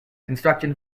construction